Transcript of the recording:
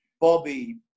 Bobby